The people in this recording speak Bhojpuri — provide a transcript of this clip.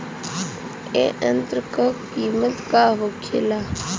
ए यंत्र का कीमत का होखेला?